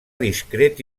discret